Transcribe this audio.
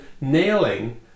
nailing